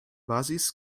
basis